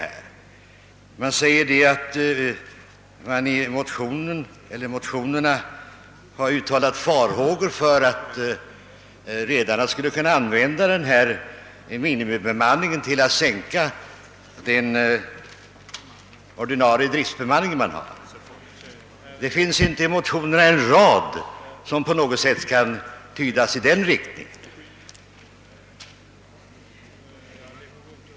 Utskottet säger att motionärerna har uttalat farhågor för att redarna skulle kunna använda föreskrifterna om minimibemanning som förevändning för att minska den ordinarie driftsbemanningen. Det finns i motionerna inte en rad som på något sätt kan tydas i den riktningen.